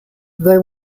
they